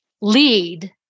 lead